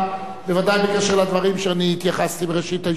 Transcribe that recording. בוודאי בקשר לדברים שאני התייחסתי אליהם בראשית הישיבה.